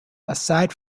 aside